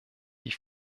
die